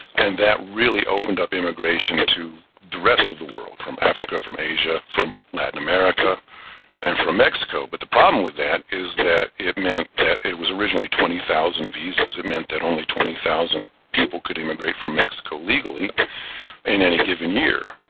and that really opened up immigration to the rest of the world, from africa, from asia, from latin america and from mexico. but the problem with that is that it meant that it was originally twenty thousand visas, it meant that twenty thousand people could emigrate from mexico legally in any given year.